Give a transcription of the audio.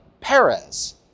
Perez